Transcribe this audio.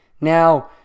Now